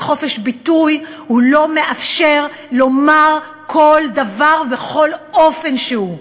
וחופש ביטוי לא מאפשר לומר כל דבר בכל אופן שהוא.